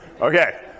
Okay